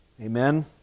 Amen